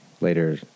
Later